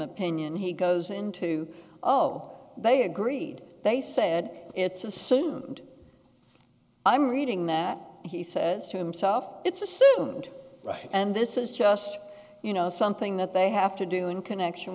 opinion he goes into oh they agreed they said it's assumed i'm reading that he says to himself it's assumed right and this is just you know something that they have to do in connection